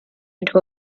into